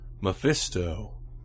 Mephisto